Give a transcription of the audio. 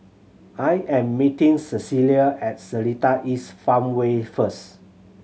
I am meeting Cecilia at Seletar East Farmway first